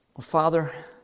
Father